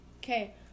Okay